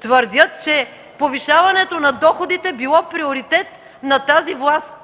твърдят, че повишаването на доходите било приоритет на тази власт,